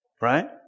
right